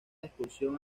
expulsión